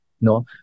no